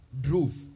drove